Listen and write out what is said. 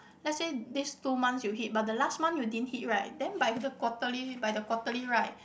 let's say this two months you hit but the last month you didn't hit right then by the quarterly by the quarterly right